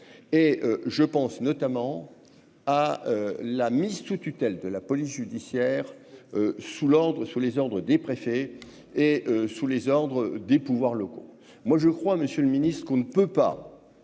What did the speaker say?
et je pense notamment à la mise sous tutelle de la police judiciaire sous l'Ordre sous les ordres des préfets et sous les ordres des pouvoirs locaux, moi, je crois, Monsieur le Ministre, qu'on ne peut pas